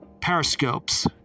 periscopes